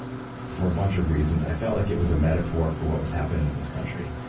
for a bunch of reasons. i felt like it was a metaphor for what was happening in this country.